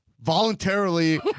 voluntarily